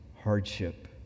hardship